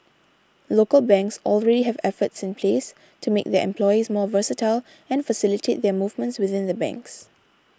local banks already have efforts in place to make their employees more versatile and facilitate their movements within the banks